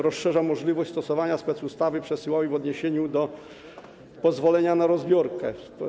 Rozszerza możliwość stosowania specustawy przesyłowej w odniesieniu do pozwolenia na rozbiórkę.